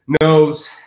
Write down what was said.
knows